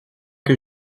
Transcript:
que